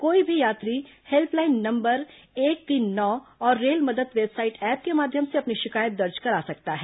कोई भी यात्री हेल्पलाइन नंबर एक तीन नौ और रेल मदद वेबसाइट ऐप के माध्यम से अपनी शिकायत दर्ज करा सकता है